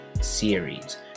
series